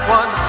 one